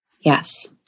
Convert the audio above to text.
yes